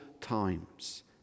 times